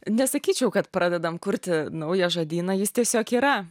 nesakyčiau kad pradedam kurti naują žodyną jis tiesiog yra